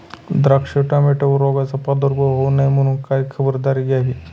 द्राक्ष, टोमॅटोवर रोगाचा प्रादुर्भाव होऊ नये म्हणून काय खबरदारी घ्यावी?